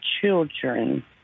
children